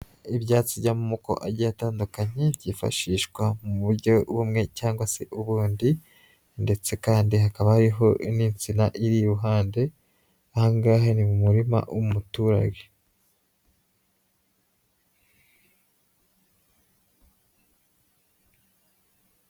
Ibyatsi by'amoko agiye atandukanye byifashishwa mu buryo bumwe cyangwa se ubundi, ndetse kandi hakaba hariho n'insina iri iruhande, ahangaha ni mu murima w'umuturage.